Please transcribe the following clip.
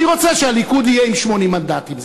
אני רוצה שלליכוד יהיו 80 מנדטים,